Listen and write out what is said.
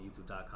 youtube.com